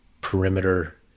perimeter